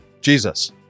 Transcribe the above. Jesus